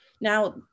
Now